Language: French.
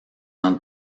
ans